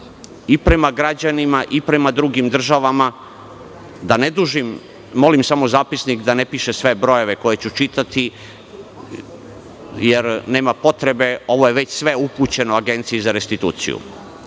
i prema građanima i prema drugim državama. Da ne dužim, molim samo zapisnik da ne piše sve brojeve koje ću čitati jer nema potrebe, ovo je već sve upućeno Agenciji za restituciju.